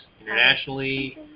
internationally